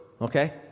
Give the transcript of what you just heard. okay